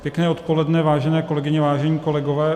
Pěkné odpoledne, vážené kolegyně, vážení kolegové.